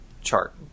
chart